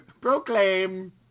proclaim